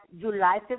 July